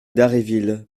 dharréville